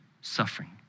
suffering